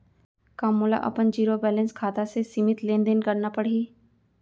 का मोला अपन जीरो बैलेंस खाता से सीमित लेनदेन करना पड़हि?